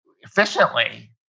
efficiently